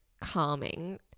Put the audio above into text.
calming